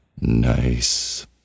Nice